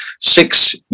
Six